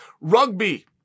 rugby